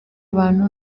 abantu